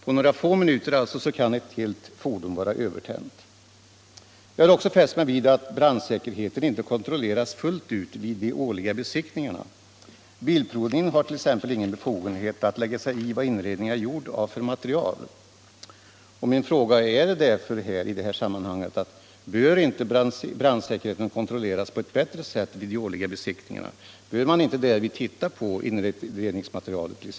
På några få minuter kan ett fordon vara helt övertänt. Jag har också fäst mig vid att brandsäkerheten inte kontrolleras fullt ut vid de årliga besiktningarna. Bilprovningen har t.ex. ingen befogenhet att lägga sig i vilket material inredningen är gjord av. Min fråga är därför: Bör inte brandsäkerheten kontrolleras på ett bättre sätt vid de årliga besiktningarna? Bör man därvid inte t.ex. titta på inredningsmaterialet?